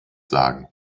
sagen